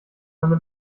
meine